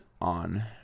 on